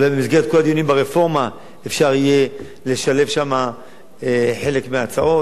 אולי במסגרת כל הדיונים ברפורמה אפשר יהיה לשלב שם חלק מההצעות,